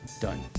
done